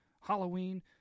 Halloween